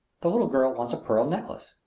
the little girl wants a pearl necklace.